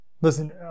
Listen